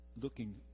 looking